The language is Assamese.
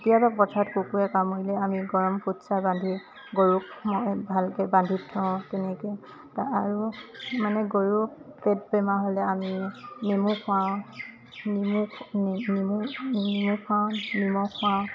কেতিয়াবা পথাৰত কুকুৰে কামুৰিলে আমি গৰম ফুটছাই বান্ধি গৰুক মই ভালকৈ বান্ধি থওঁ তেনেকৈ আৰু মানে গৰুক পেট বেমাৰ হ'লে আমি নেমু খুৱাওঁ নিমু নেমু নিমু খুৱাওঁ নিমখ খুৱাওঁ